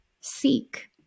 seek